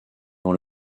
dans